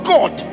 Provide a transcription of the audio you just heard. God